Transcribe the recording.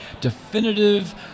definitive